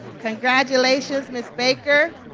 congratulations, ms. baker.